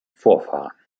vorfahren